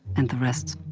and the rest,